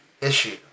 issue